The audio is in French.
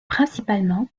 principalement